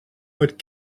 would